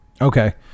Okay